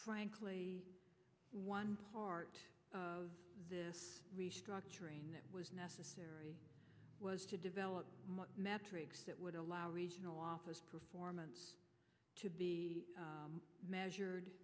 frankly one part of this restructuring that was necessary was to develop metrics that would allow regional office performance to be measured